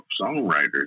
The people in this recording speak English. songwriters